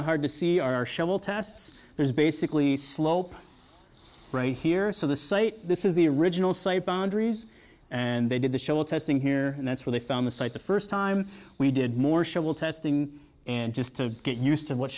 of hard to see are shovel tests there's basically slope right here so the site this is the original site boundaries and they did the show testing here and that's where they found the site the first time we did more shuttle testing and just to get used to what